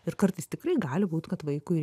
ir kartais tikrai gali būt kad vaikui